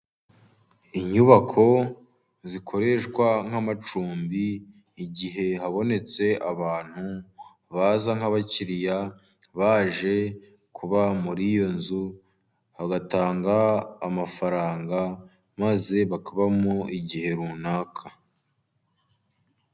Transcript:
Inyubako zikoreshwa nk'amacumbi igihe habonetse abantu baza nk'abakiriya, baje kuba muri iyo nzu bagatanga amafaranga, maze bakabamo igihe runaka.